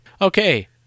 Okay